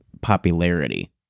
popularity